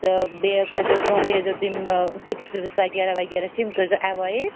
تہٕ بییہِ کٔرۍ زیو کٲم بیٚیہِ ٲسۍ زیو تُہۍ یِم چِپس وِپس وغیرہ وغیرہ چھِ یِم کٔرۍ زیو ایوایڈ